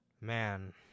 Man